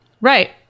Right